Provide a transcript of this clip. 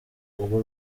ubwo